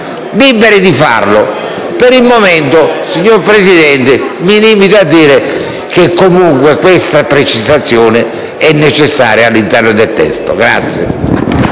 Liberi di farlo. Per il momento, signora Presidente, mi limito a dire che comunque questa precisazione è necessaria all'interno del testo.